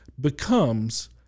becomes